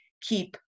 keep